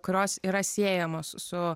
kurios yra siejamos su